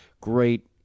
great